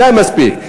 די מספיק.